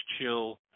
chill